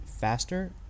faster